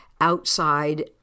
outside